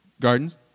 Gardens